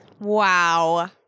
Wow